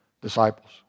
disciples